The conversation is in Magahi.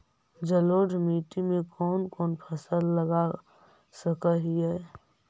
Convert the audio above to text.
जलोढ़ मिट्टी में कौन कौन फसल लगा सक हिय?